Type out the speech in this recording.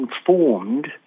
informed